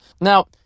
Now